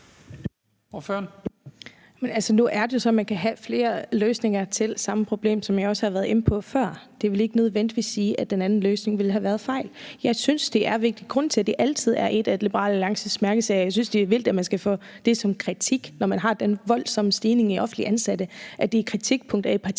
Nu er det jo sådan, at man kan have flere løsninger på samme problem, som jeg også har været inde på før. Det vil ikke nødvendigvis sige, at den anden løsning ville have været en fejl. Jeg synes, der er en vigtig grund til, at det altid er en af Liberal Alliances mærkesager. Jeg synes, det er vildt, at man skal få det som kritik, når der er den her voldsomme stigning i offentligt ansatte, altså at det skulle være et